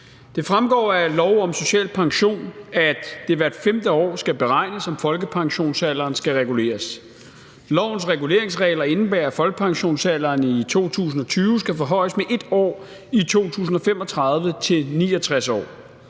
Det fremgår af lov om social pension, at det hvert femte år skal beregnes, om folkepensionsalderen skal reguleres. Lovens reguleringsregler indebærer, at folkepensionsalderen i 2020 skal forhøjes med 1 år i 2035 til 69 år.